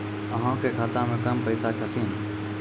अहाँ के खाता मे कम पैसा छथिन?